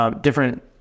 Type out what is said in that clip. different